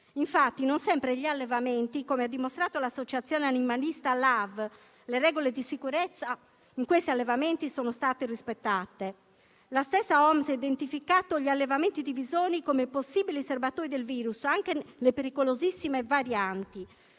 Infatti, non sempre negli allevamenti, come ha dimostrato l'associazione animalista LAV, le regole di sicurezza sono state rispettate. La stessa Organizzazione mondiale della sanità ha identificato gli allevamenti di visoni come possibili serbatoi del virus, anche le pericolosissime varianti.